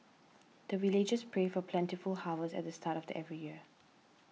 the villagers pray for plentiful harvest at the start of every year